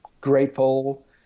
grateful